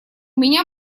меня